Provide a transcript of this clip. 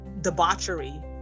Debauchery